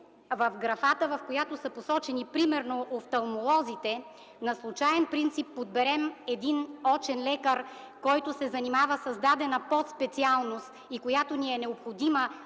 в графата, в която са посочени примерно офталмолозите, на случаен принцип подберем очен лекар, който се занимава с дадена подспециалност, която ни е необходима,